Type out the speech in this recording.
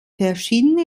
verschiedene